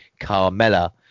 Carmella